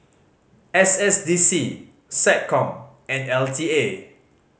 S S D C SecCom and L T A